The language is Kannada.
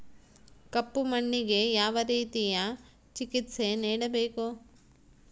ಕಪ್ಪು ಮಣ್ಣಿಗೆ ಯಾವ ರೇತಿಯ ಚಿಕಿತ್ಸೆ ನೇಡಬೇಕು?